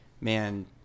man—